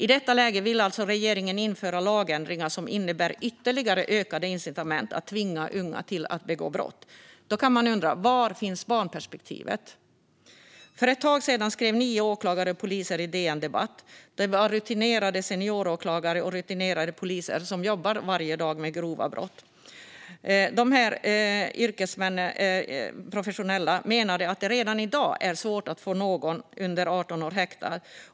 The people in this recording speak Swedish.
I detta läge vill alltså regeringen införa lagändringar som innebär ytterligare incitament att tvinga unga att begå brott. Var finns barnperspektivet? För ett tag sedan skrev nio åklagare och poliser en artikel på DN Debatt. De är rutinerade senioråklagare och rutinerade poliser som varje dag jobbar mot grova brott. Dessa professionella yrkespersoner menar att det redan i dag är svårt att få någon under 18 år häktad.